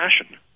passion